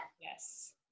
Yes